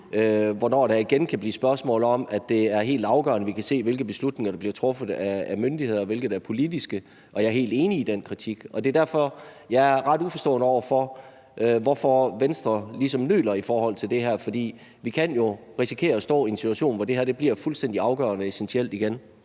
hvornår det igen kan blive et spørgsmål om, at det er helt afgørende, at vi kan se, hvilke beslutninger der bliver truffet af myndigheder, og hvilke der er politiske. Jeg er helt enig i den kritik, og det er derfor, jeg er ret uforstående over for, hvorfor Venstre ligesom nøler i forhold til det her. For vi kan jo risikere at stå i en situation, hvor det her bliver fuldstændig afgørende, essentielt igen.